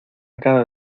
cada